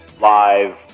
live